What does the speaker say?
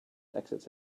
exits